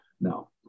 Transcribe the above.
Now